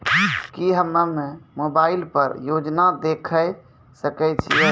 की हम्मे मोबाइल पर योजना देखय सकय छियै?